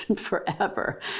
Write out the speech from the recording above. forever